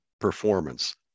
performance